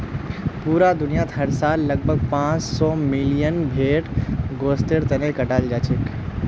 पूरा दुनियात हर साल लगभग पांच सौ मिलियन भेड़ गोस्तेर तने कटाल जाछेक